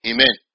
Amen